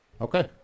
Okay